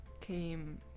came